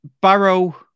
Barrow